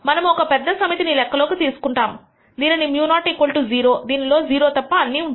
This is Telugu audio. మనము ఒక పెద్ద సమితిని లెక్కలోకి తీసుకుంటాము దీన్ని μ0 0 దీనిలో 0 తప్ప అన్నీ ఉంటాయి